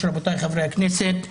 רבותיי חברי הכנסת,